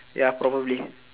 ya probably